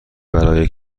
برای